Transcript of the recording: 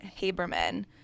Haberman